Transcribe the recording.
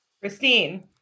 Christine